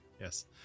yes